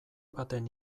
baten